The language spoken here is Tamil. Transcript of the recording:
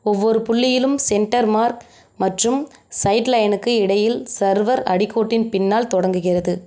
ஒவ்வொரு புள்ளியிலும் சென்டர் மார்க் மற்றும் சைட் லைனுக்கு இடையில் சர்வர் அடிக்கோட்டின் பின்னால் தொடங்குகிறது